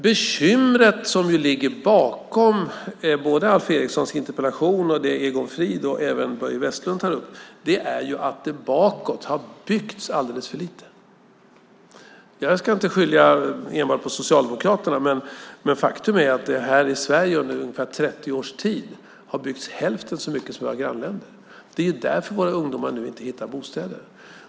Bekymret som ligger bakom både Alf Erikssons interpellation och det Egon Frid och Börje Vestlund tar upp är ju att det bakåt i tiden har byggts alldeles för lite. Jag ska inte skylla enbart på Socialdemokraterna, men faktum är att det här i Sverige under ungefär 30 års tid har byggts hälften så mycket som i våra grannländer. Det är därför våra ungdomar nu inte hittar bostäder.